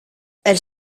elle